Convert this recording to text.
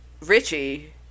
Richie